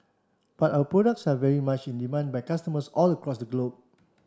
but our products are very much in demand by customers all across the globe